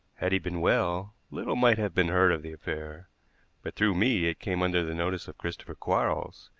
had he been well, little might have been heard of the affair but through me it came under the notice of christopher quarles,